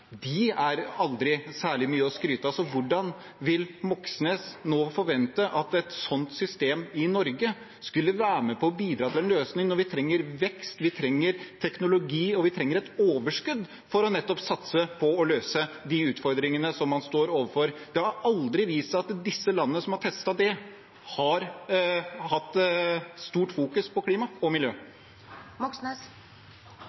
disse nasjonene aldri er særlig mye å skryte av. Hvordan forventer Moxnes nå at et slikt system i Norge skulle være med på å bidra til en løsning, når vi trenger vekst, teknologi og overskudd for nettopp å satse på å løse de utfordringene man står overfor? Det har aldri vist seg at de landene som har testet dette, har hatt stort fokus på klima og miljø.